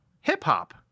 hip-hop